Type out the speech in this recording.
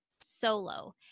solo